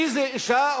איזו אשה,